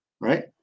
right